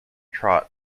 trot